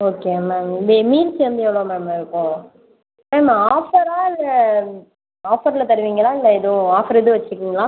okay ma'am இங்கே meals வந்து எவ்வளோ மேம் இருக்கும் மேம் ஆஃபரா இல்லை ஆஃபரில் தருவீங்களா இல்லை எதுவும் ஆஃபர் எதுவும் வைச்சிருக்கீங்களா